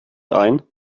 ein